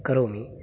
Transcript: करोमि